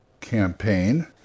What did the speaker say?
campaign